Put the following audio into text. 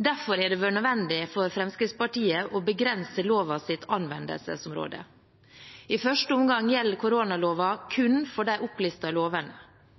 Derfor har det vært nødvendig for Fremskrittspartiet å begrense lovens anvendelsesområde. I første omgang gjelder koronaloven kun for de opplistede lovene.